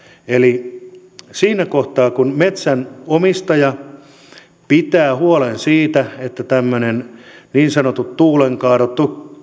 eli siinä kohtaa kun metsänomistaja pitäisi huolen siitä että tämmöiset niin sanotut tuulenkaadot